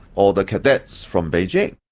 or the cadets from beijing.